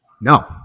No